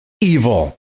evil